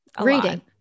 reading